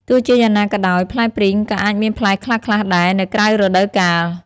ទោះជាយ៉ាងណាក៏ដោយ ផ្លែព្រីងក៏អាចមានផ្លែខ្លះៗដែរនៅក្រៅរដូវកាល។